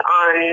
on